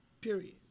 Period